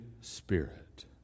Spirit